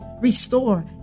restore